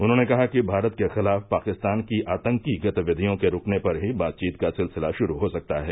उन्होंने कहा कि भारत के खिलाफ पाकिस्तान की आतंकी गतिविधियों के रुकने पर ही बातचीत का सिलसिला शुरू हो सकता है